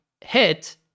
hit